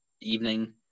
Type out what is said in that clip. evening